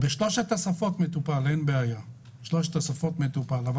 הוא מטופל בשלוש השפות, אין בעיה.